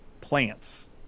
plants